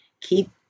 keep